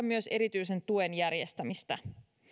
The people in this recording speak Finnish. myös erityisen tuen järjestämistä